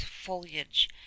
foliage